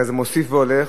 אלא זה מוסיף והולך,